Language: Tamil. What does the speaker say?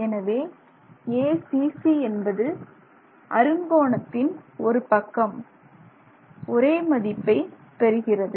எனவே acc என்பது அறுங்கோணத்தின் ஒரு பக்கம் ஒரே மதிப்பைப் பெறுகிறது